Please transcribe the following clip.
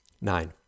Nine